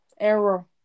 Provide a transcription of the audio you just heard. error